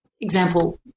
example